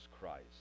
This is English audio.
Christ